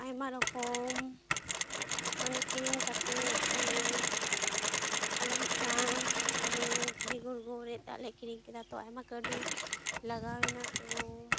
ᱟᱭᱢᱟ ᱨᱚᱠᱚᱢ ᱢᱟᱱᱮ ᱠᱤᱨᱤᱧ ᱠᱟᱛᱮ ᱢᱟᱱᱮ ᱟᱞᱮ ᱢᱤᱫᱴᱟᱝ ᱢᱟᱱᱮ ᱫᱷᱤᱨᱤᱼᱜᱩᱲᱜᱩ ᱨᱤᱫᱼᱟᱜ ᱞᱮ ᱠᱤᱨᱤᱧ ᱠᱮᱫᱟ ᱛᱚ ᱟᱭᱢᱟ ᱠᱟᱹᱣᱰᱤ ᱞᱟᱜᱟᱣᱮᱱᱟ ᱛᱚ